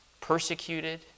persecuted